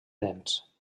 nens